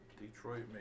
Detroit